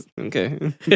Okay